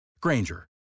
Granger